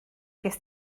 ges